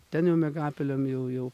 ten jau miegapelėm jau jau